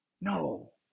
No